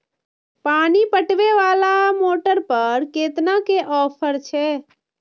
पानी पटवेवाला मोटर पर केतना के ऑफर छे?